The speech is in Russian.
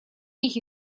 них